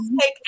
take